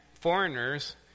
foreigners